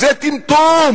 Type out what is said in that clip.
זה טמטום,